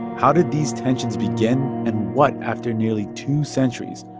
how did these tensions begin and what, after nearly two centuries,